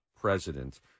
president